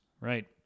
right